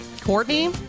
Courtney